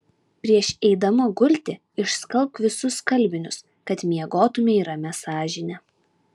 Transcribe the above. prieš eidama gulti išskalbk visus skalbinius kad miegotumei ramia sąžine